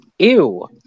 Ew